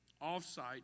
off-site